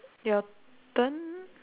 your turn